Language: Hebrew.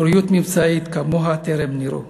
מקוריות מבצעית שכמוה טרם נראתה.